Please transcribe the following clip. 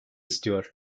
istiyor